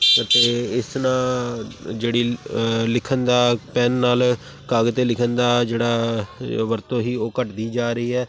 ਅਤੇ ਇਸ ਨਾਲ ਜਿਹੜੀ ਲਿਖਣ ਦਾ ਪੈੱਨ ਨਾਲ ਕਾਗਜ਼ 'ਤੇ ਲਿਖਣ ਦਾ ਜਿਹੜਾ ਵਰਤੋਂ ਸੀ ਉਹ ਘੱਟਦੀ ਜਾ ਰਹੀ ਹੈ